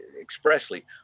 expressly